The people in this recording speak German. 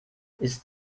ist